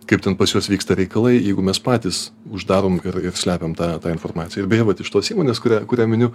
kaip ten pas juos vyksta reikalai jeigu mes patys uždarom ir ir slepiam tą tą informaciją beje vat iš tos įmonės kurią kurią miniu